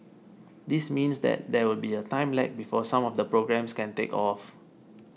this means that there will be a time lag before some of the programmes can take off